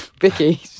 Vicky